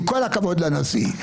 עם כל הכבוד לנשיא.